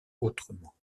autrement